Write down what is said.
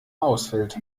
ausfällt